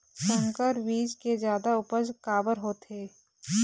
संकर बीज के जादा उपज काबर होथे?